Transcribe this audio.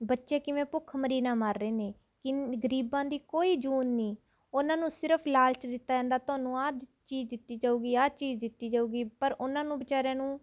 ਬੱਚੇ ਕਿਵੇਂ ਭੁੱਖਮਰੀ ਨਾਲ ਮਰ ਰਹੇ ਨੇ ਕਿਨ ਗਰੀਬਾਂ ਦੀ ਕੋਈ ਜੂਨ ਨਹੀਂ ਉਨ੍ਹਾਂ ਸਿਰਫ਼ ਲਾਲਚ ਦਿੱਤਾ ਜਾਂਦਾ ਤੁਹਾਨੂੰ ਆਹ ਚੀਜ਼ ਦਿੱਤੀ ਜਾਵੇਗੀ ਆਹ ਚੀਜ਼ ਦਿੱਤੀ ਜਾਵੇਗੀ ਪਰ ਉਨ੍ਹਾਂ ਨੂੰ ਵਿਚਾਰਿਆਂ ਨੂੰ